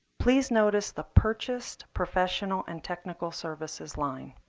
please notice the purchased, professional, and technical services line.